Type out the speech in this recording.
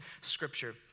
scripture